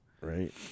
Right